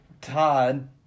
Todd